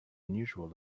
unusual